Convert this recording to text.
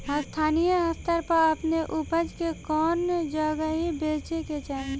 स्थानीय स्तर पर अपने ऊपज के कवने जगही बेचे के चाही?